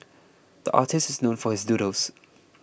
the artist is known for his doodles